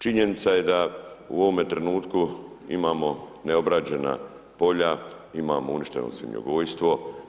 Činjenica je da u ovome trenutku imamo neobrađena polja, imamo uništeno svinjogojstvo.